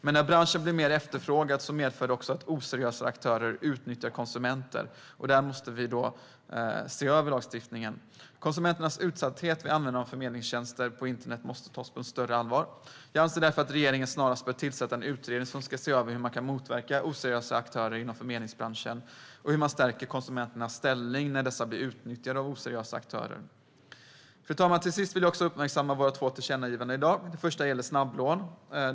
Men när branscher blir mer efterfrågade medför det också att oseriösa aktörer utnyttjar konsumenter. Därför måste vi se över lagstiftningen. Konsumentens utsatthet vid användandet av förmedlingstjänster på internet måste tas på större allvar. Jag anser att regeringen snarast bör tillsätta en utredning som ska se över hur man kan motverka oseriösa aktörer inom förmedlingsbranschen och stärka konsumenternas ställning när dessa blir utnyttjade av oseriösa aktörer. Fru talman! Till sist vill jag uppmärksamma våra två tillkännagivanden i dag. Det första gäller snabblån.